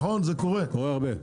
זה קורה הרבה.